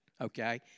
okay